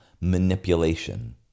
manipulation